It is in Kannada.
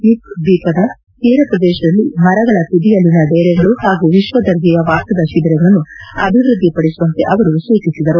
ಸ್ಟಿತ್ ದ್ವೀಪದ ತೀರ ಪ್ರದೇಶದಲ್ಲಿ ಮರಗಳ ತುದಿಯಲ್ಲಿನ ಡೇರೆಗಳು ಹಾಗೂ ವಿಶ್ವದರ್ಜೆಯ ವಾಸದ ಶಿಬಿರಗಳನ್ನು ಅಭಿವೃದ್ದಿಪಡಿಸುವಂತೆ ಅವರು ಸೂಚಿಸಿದರು